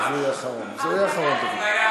אפליה נגד נשים.